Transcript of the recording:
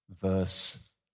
verse